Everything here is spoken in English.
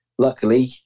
luckily